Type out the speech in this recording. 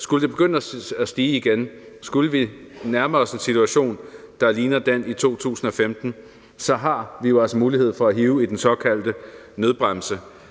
at det vil falde markant – og skulle vi nærme os en situation, der ligner den i 2015, har vi altså mulighed for at hive i den såkaldte nødbremse.